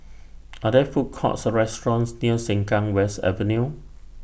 Are There Food Courts Or restaurants near Sengkang West Avenue